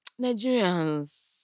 Nigerians